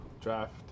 draft